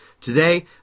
Today